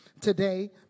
today